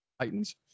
Titans